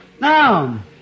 Now